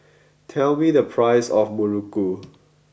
tell me the price of Muruku